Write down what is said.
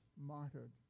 martyred